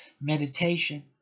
Meditation